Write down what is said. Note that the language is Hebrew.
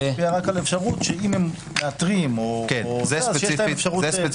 זה רק משפיע על האפשרות שאם הם מאתרים שיש להם --- זה ספציפית.